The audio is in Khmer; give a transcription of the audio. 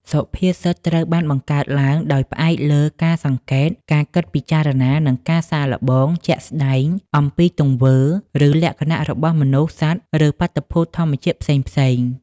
សុភាសិត ត្រូវបានបង្កើតឡើងដោយផ្អែកលើការសង្កេត ការគិតពិចារណា និងការសាកល្បងជាក់ស្ដែងអំពីទង្វើ ឬលក្ខណៈរបស់មនុស្ស សត្វ ឬបាតុភូតធម្មជាតិផ្សេងៗ។